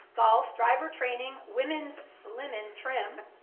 golf driver training, women's slim and trim,